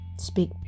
Speak